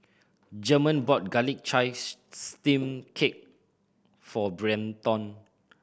German bought garlic chives steamed cake for Brenton